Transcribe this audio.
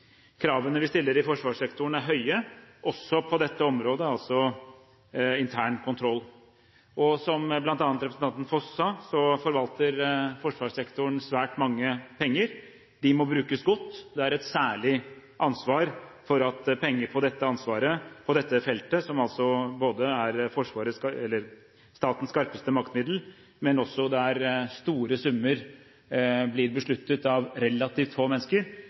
Kravene vi stiller i forsvarssektoren, er høye også på dette området, altså intern kontroll. Som bl.a. representanten Foss sa, forvalter forsvarssektoren svært mange penger. De må brukes godt. Det er et særlig ansvar for at penger på dette feltet – som er statens skarpeste maktmiddel, men der store summer blir besluttet av relativt få mennesker